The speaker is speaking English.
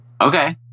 Okay